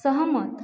सहमत